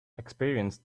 experience